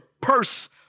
purse